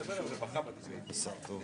עולה על 37 אלף שקלים 6,745 שקלים חדשים".